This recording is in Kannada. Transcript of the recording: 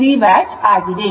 793 ವ್ಯಾಟ್ ಆಗಿದೆ